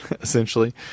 essentially